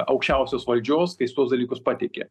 aukščiausios valdžios kai jis tuos dalykus pateikė